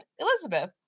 Elizabeth